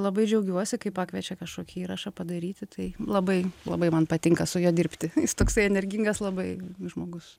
labai džiaugiuosi kai pakviečia kažkokį įrašą padaryti tai labai labai man patinka su juo dirbti jis toksai energingas labai žmogus